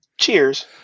cheers